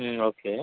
okay